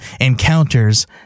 encounters